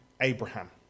Abraham